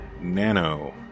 Nano